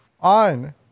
on